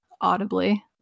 audibly